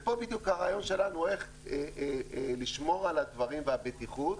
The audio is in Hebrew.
פה בדיוק הרעיון שלנו איך לשמור על הדברים והבטיחות,